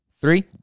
three